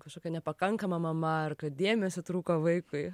kažkokia nepakankama mama ar kad dėmesio trūko vaikui